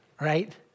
right